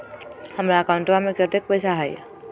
हमार अकाउंटवा में कतेइक पैसा हई?